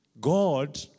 God